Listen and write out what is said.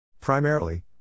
Primarily